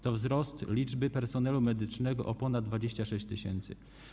To wzrost liczby personelu medycznego o ponad 26 tys.